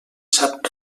sap